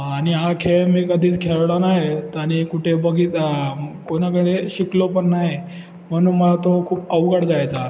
आणि हा खेळ मी कधीच खेळलो नाही आहे तर आणि कुठे बघित कोणाकडे शिकलो पण नाही आहे म्हणून मला तो खूप अवघड जायचा